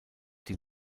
die